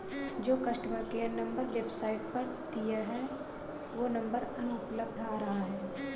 जो customer care number website पर दिया है वो नंबर अनुपलब्ध आ रहा है